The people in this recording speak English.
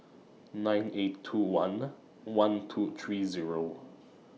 nine eight two one one two three Zero